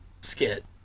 skit